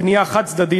פנייה חד-צדדית,